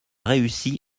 réussi